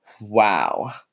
wow